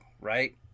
right